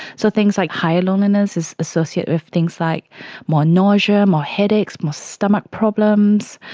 so things like higher loneliness is associated with things like more nausea, more headaches, more stomach problems,